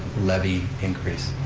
levy increase,